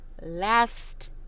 last